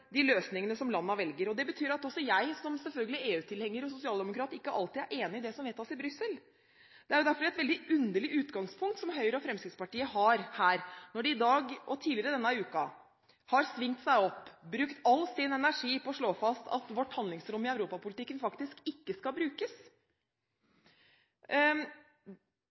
de løsningene som landene velger. Det betyr at også jeg, som selvfølgelig EU-tilhenger og sosialdemokrat, ikke alltid er enig i det som vedtas i Brussel. Det er derfor et veldig underlig utgangspunkt Høyre og Fremskrittspartiet har her, når de i dag og tidligere denne uken har svingt seg opp, brukt all sin energi på å slå fast at vårt handlingsrom i europapolitikken faktisk ikke skal brukes.